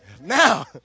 now